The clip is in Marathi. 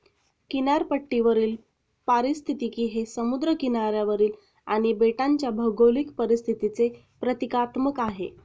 किनारपट्टीवरील पारिस्थितिकी हे समुद्र किनाऱ्यावरील आणि बेटांच्या भौगोलिक परिस्थितीचे प्रतीकात्मक आहे